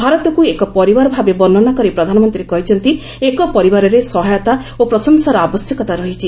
ଭାରତକୁ ଏକ ପରିବାର ଭାବେ ବର୍ଷ୍ଣନା କରି ପ୍ରଧାନମନ୍ତ୍ରୀ କହିଛନ୍ତି ଏକ ପରିବାରରେ ସହାୟତା ଓ ପ୍ରଶଂସାର ଆବଶ୍ୟକତା ରହିଛି